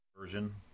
Version